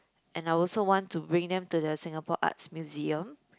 and I also want to bring them to the Singapore Arts Museum